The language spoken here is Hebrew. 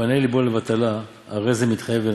והמפנה לבו לבטלה, הרי זה מתחייב בנפשו.